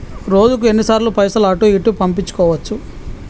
రోజుకు ఎన్ని సార్లు పైసలు అటూ ఇటూ పంపించుకోవచ్చు?